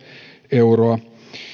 euroa